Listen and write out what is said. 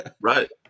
Right